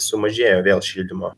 sumažėjo vėl šildymo